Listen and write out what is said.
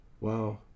Wow